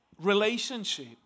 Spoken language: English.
relationship